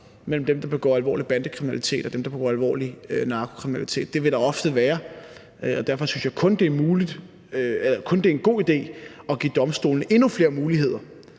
mellem dem, der begår alvorlig bandekriminalitet, og dem, der begår alvorlig narkokriminalitet. Det vil der ofte være, og derfor synes jeg kun, det er en god idé at give domstolene endnu flere muligheder